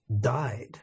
died